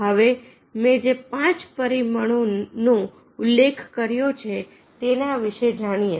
હવે મેં જે પાંચ પરિમાણો નો ઉલ્લેખ કર્યો છે તેના વિશે જાણીએ